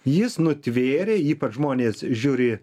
jis nutvėrė ypač žmonės žiūri